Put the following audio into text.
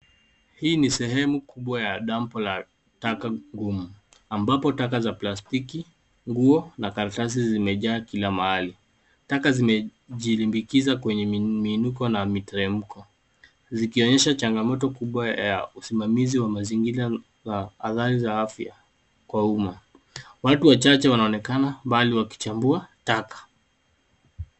Hii ni sehemu kubwa ya dampu la taka ngumu ambapo taka za plastiki, nguo na karatasi zimejaa kila mahali. Taka zimejirimbikiza kwenye miinuko na miteremko zikionyesha changamoto kubwa ya usimamizi wa mazingira a athari za afya kwa umma. Watu wachache wanaonekana mbali wakichambua taka.